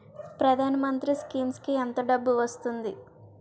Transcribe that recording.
ప్రధాన మంత్రి స్కీమ్స్ కీ ఎంత డబ్బు వస్తుంది?